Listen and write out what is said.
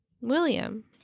William